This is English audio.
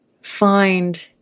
find